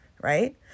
Right